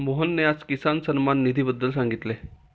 मोहनने आज किसान सन्मान निधीबद्दल सांगितले